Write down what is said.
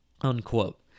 unquote